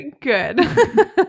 Good